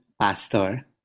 pastor